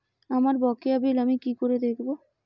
আমার বকেয়া বিল আমি কি করে দেখব?